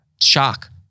shock